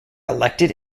elected